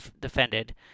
defended